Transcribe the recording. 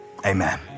Amen